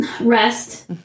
Rest